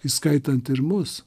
įskaitant ir mus